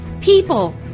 people